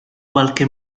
qualche